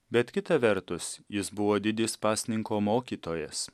bet kita vertus jis buvo didis pasninko mokytojas